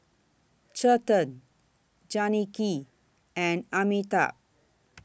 Chetan Janaki and Amitabh